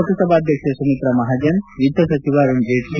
ಲೋಕಸಭಾಧ್ಯಕ್ಷೆ ಸುಮಿತ್ರಾ ಮಹಾಜನ್ ವಿತ್ತ ಸಚಿವ ಅರುಣ್ ಜೇಟ್ಲ